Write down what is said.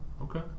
Okay